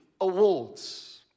awards